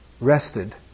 rested